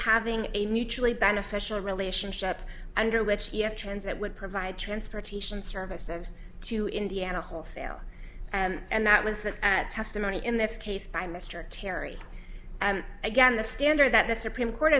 having a mutually beneficial relationship under which you have transit would provide transportation services to indiana wholesale and that was that testimony in this case by mr terry again the standard that the supreme court